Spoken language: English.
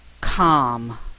calm